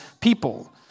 people